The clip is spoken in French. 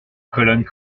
colonnes